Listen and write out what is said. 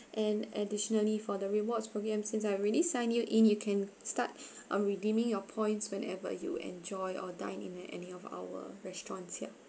and additionally for the rewards programme since I already sign you in you can start uh redeeming your points whenever you enjoy or dine in at any of our restaurants here